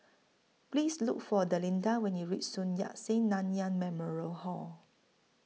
Please Look For Delinda when YOU REACH Sun Yat Sen Nanyang Memorial Hall